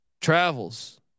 Travels